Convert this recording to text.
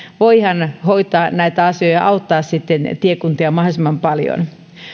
voidaan hoitaa näitä asioita ja auttaa sitten tiekuntia mahdollisimman paljon